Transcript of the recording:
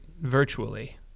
virtually